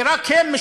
ורק הם,